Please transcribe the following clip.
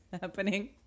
happening